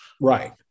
Right